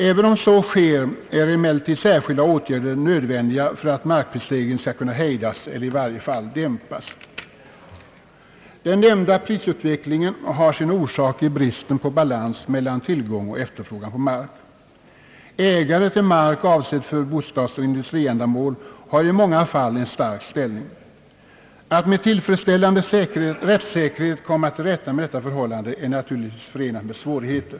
även om så sker är emellertid särskilda åtgärder nödvändiga för att markprisstegringen skall kunna hejdas eller i varje fall dämpas. Den nämnda prisutvecklingen har sin orsak i bristen på balans mellan tillgång och efterfrågan på mark. Ägare till mark avsedd för bostadsoch industriändamål har i många fall en stark ställning. Att med tillfredsställande rättssäkerhet komma till rätta med detta förhållande är naturligtvis förenat med svårigheter.